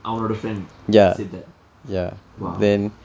அவனுடைய:avanudaya friend said that !wow!